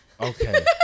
okay